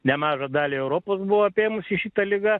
nemažą dalį europos buvo apėmusi šita liga